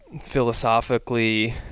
philosophically